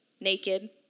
naked